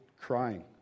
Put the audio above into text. crying